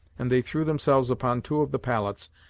and they threw themselves upon two of the pallets,